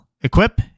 Equip